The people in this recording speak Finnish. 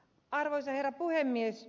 arvoisa herra puhemies